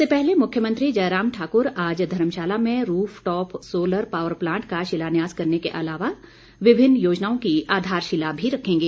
इससे पहले मुख्यमंत्री जयराम ठाकुर आज धर्मशाला में roof top solar power plant का शिलान्यास करने के अलावा विभिन्न योजनाओं की आधारशिला भी रखेंगे